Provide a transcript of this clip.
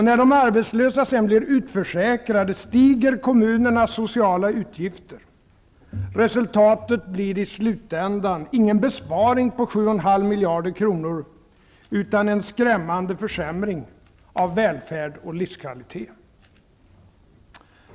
När de arbetslösa sedan blir utförsäkrade, stiger kommunernas sociala utgifter. Resultatet blir i slutänden ingen besparing på 7,5 miljarder kronor, utan en skrämmande försämring av välfärd och livskvalitet.